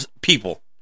people